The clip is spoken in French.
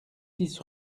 six